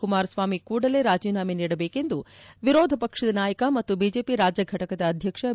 ಕುಮಾರಸ್ವಾಮಿ ಕೂಡಲೇ ರಾಜೀನಾಮೆ ನೀಡಬೇಕು ಎಂದು ವಿರೋಧ ಪಕ್ಷದ ನಾಯಕ ಮತ್ತು ಬಿಜೆಪಿ ರಾಜ್ಯ ಘಟಕದ ಅಧ್ಯಕ್ಷ ಬಿ